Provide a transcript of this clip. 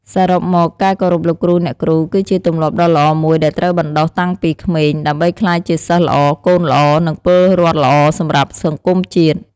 សរុបមក ការគោរពលោកគ្រូ អ្នកគ្រូ គឺជាទម្លាប់ដ៏ល្អមួយដែលត្រូវបណ្ដុះតាំងពីក្មេង ដើម្បីក្លាយជាសិស្សល្អ កូនល្អ និងពលរដ្ឋល្អសម្រាប់សង្គមជាតិ។